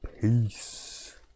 peace